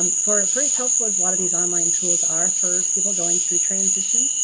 um for and for as helpful as a lot of these online tools are for people going through transition,